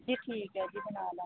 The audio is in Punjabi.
ਜੀ ਠੀਕ ਆ ਜੀ ਬਣਾ ਦਵਾਂਗੇ